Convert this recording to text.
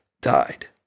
died